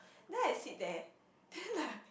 then I sit there then like